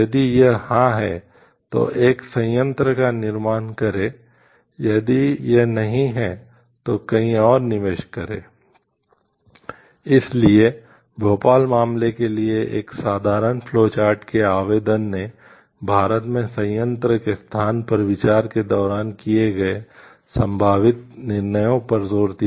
यदि हम न्यूनतम मानकों के अनुसार डिजाइन के आवेदन ने भारत में संयंत्र के स्थान पर विचार के दौरान किए गए संभावित निर्णयों पर जोर दिया